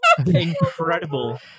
incredible